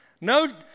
No